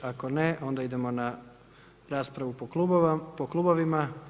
Ako ne, onda idemo na raspravu po klubovima.